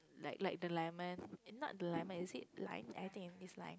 like like the lemon not the lemon is it lime I think it is lah